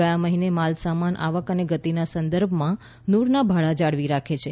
ગયા મહિને માલસામાન આવક અને ગતિના સંદર્ભમાં નૂરના આંકડા જાળવી રાખે છે